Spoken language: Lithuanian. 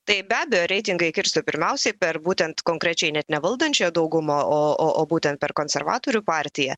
tai be abejo reitingai kirstų pirmiausiai per būtent konkrečiai net ne valdančioji dauguma o o būtent per konservatorių partiją